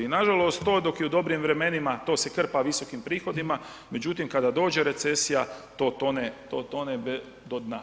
Nažalost to dok je u dobrim vremenima to se krpa visokim prihodima, međutim kada dođe recesija to tone do dna.